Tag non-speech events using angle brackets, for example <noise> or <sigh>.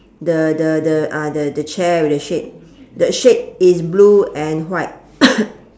the the the ah the the chair with the shade the shade is blue and white <coughs>